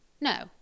no